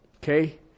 Okay